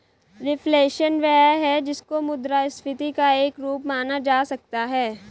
reflation वह है जिसको मुद्रास्फीति का एक रूप माना जा सकता है